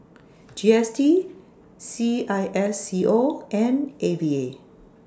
G S T C I S C O and A V A